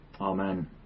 Amen